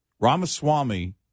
Ramaswamy